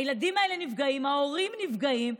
הילדים האלה נפגעים, ההורים נפגעים,